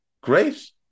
Great